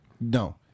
no